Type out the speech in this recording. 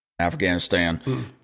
Afghanistan